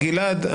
גלעד,